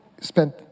spent